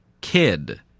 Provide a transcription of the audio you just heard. kid